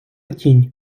тінь